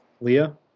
leah